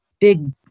big